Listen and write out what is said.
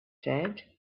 said